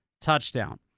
touchdown